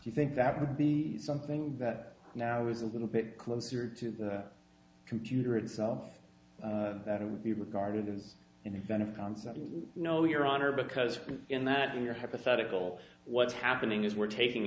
and you think that would be something that now would a little bit closer to the computer itself that it would be regarded as an incentive concept you know your honor because in that in your hypothetical what's happening is we're taking